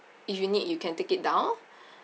if you need you can take it down